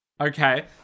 Okay